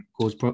cause